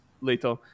later